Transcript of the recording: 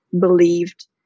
believed